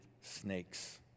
snakes